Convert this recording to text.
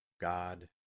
God